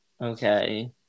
Okay